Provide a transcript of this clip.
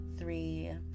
Three